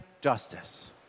justice